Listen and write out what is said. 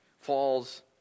falls